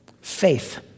Faith